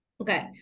Okay